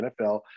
NFL